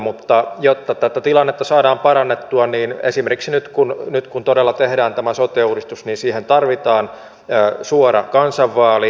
mutta jotta tätä tilannetta saadaan parannettua niin esimerkiksi nyt kun todella tehdään tämä sote uudistus siihen tarvitaan suora kansanvaali